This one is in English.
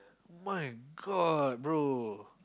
my god bro